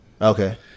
Okay